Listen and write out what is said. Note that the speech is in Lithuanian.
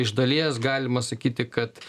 iš dalies galima sakyti kad